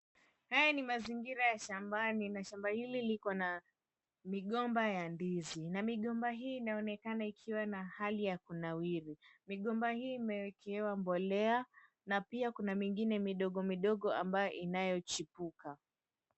Haya ni mazingira ya shambani na shamba hili liko na migomba ya ndizi na migomba hii inaonekana ikiwa na hali ya kunawiri. Migomba hii imewekewa mbolea na pia kuna mingine midogo modogo ambayo inayochipuka.